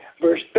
verse